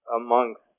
amongst